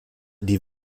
die